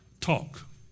Talk